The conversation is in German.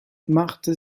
machte